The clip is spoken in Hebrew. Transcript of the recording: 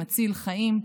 מציל חיים,